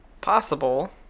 possible